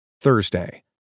Thursday